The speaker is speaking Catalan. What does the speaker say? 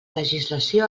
legislació